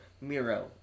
Miro